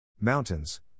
Mountains